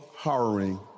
horroring